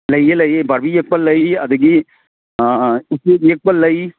ꯂꯩꯌꯦ ꯂꯩꯌꯦ ꯕꯥꯔꯕꯤ ꯌꯦꯛꯄ ꯂꯩ ꯑꯗꯒꯤ ꯑꯥ ꯎꯆꯦꯛ ꯌꯦꯛꯄ ꯂꯩ